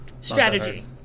strategy